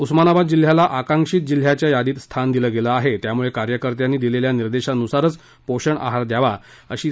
उस्मानाबाद जिल्ह्याला आकांक्षित जिल्ह्याच्या यादीत स्थान दिलं गेलं आहे त्यामुळे कार्यकर्त्यांनी दिलेल्या निर्देशानुसारचं पोषण आहार द्यावा अशी सूचनाही पाटील यांनी केली